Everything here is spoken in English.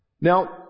Now